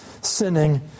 sinning